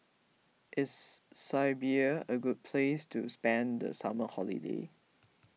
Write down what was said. is Serbia a great place to spend the summer holiday